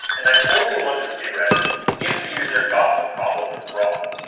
and i only want it to be red if the user got the problem wrong.